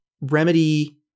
Remedy